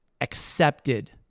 accepted